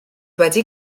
wedi